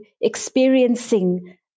experiencing